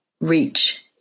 reach